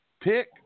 Pick